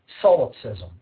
solipsism